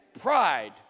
Pride